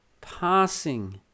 passing